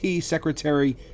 Secretary